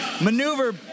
maneuver